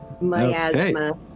Miasma